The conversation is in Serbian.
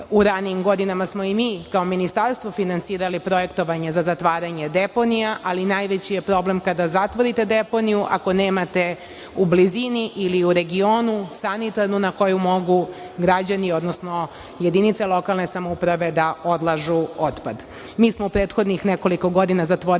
u ranijim godinama smo i mi kao Ministarstvo finansirali projektovanje za zatvaranje deponija, ali najveći je problem kada zatvorite deponiju ako nemate u blizini ili u regionu sanitarnu na koju mogu građani odnosno jedinice lokalne samouprave da odlažu otpad. Mi smo u prethodnih nekoliko godina zatvorili